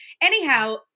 anyhow